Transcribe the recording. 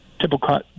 typical